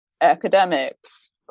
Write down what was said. academics